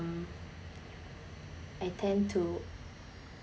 I tend to